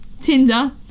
Tinder